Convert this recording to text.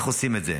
איך עושים את זה?